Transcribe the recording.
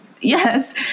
Yes